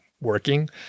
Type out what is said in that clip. working